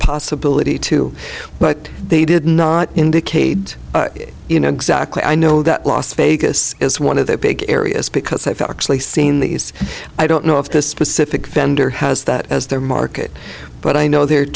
possibility to what they did not indicate you know exactly i know that las vegas is one of their big areas because i've actually seen these i don't know if this specific vendor has that as their market but i know they're